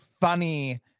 funny